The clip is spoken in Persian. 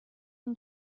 این